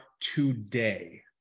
today